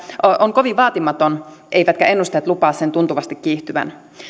on kovin vaatimaton eivätkä ennusteet lupaa sen tuntuvasti kiihtyvän